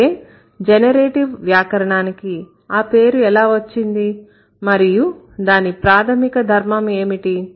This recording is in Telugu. అయితే జనరేటివ్ వ్యాకరణానికి ఆ పేరు ఎలా వచ్చింది మరియు దాని ప్రాథమిక ధర్మం ఏమిటి